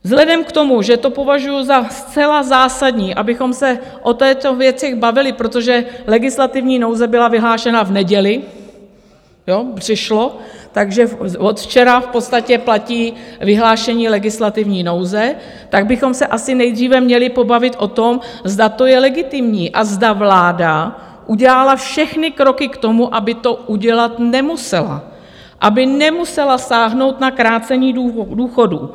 Vzhledem k tomu, že považuju za zcela zásadní, abychom se o této věci bavili, protože legislativní nouze byla vyhlášena v neděli, takže od včera v podstatě platí vyhlášení legislativní nouze, tak bychom se asi nejdříve měli pobavit o tom, zda to je legitimní a zda vláda udělala všechny kroky k tomu, aby to udělat nemusela, aby nemusela sáhnout na krácení důchodů.